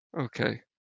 okay